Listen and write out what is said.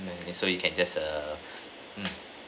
and so you can just err mm